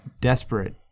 desperate